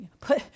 Put